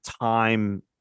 time